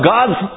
God's